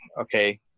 Okay